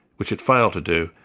which it failed to do,